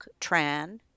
Tran